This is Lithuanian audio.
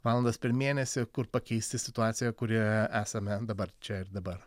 valandas per mėnesį kur pakeisti situaciją kurioje esame dabar čia ir dabar